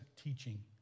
teaching